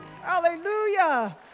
hallelujah